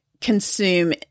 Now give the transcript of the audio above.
consume